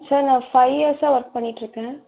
sir நான் five இயர்ஸாக work பண்ணிட்டுருக்கேன்